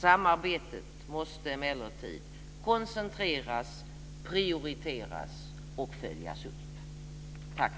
Samarbetet måste emellertid koncentreras, prioriteras och följas upp.